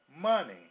money